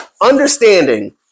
Understanding